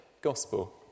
gospel